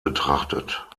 betrachtet